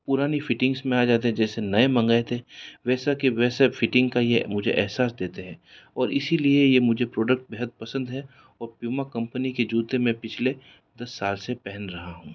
पुरानी फिटिंग्स में आ जाते हैं जैसे नए मंगाए थे वैसा के वैसे फिटिंग का ही है मुझे एहसास देते है और इसीलिए ये मुझे प्रोडक्ट बेहद पसंद है और प्यूमा कंपनी के जूते में पिछले दस साल से पहन रहा हूँ